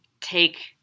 take